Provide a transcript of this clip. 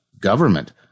government